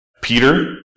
Peter